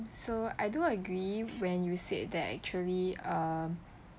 so I do agree when you said that actually uh